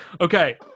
Okay